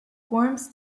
forms